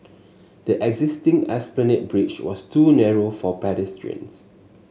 the existing Esplanade Bridge was too narrow for pedestrians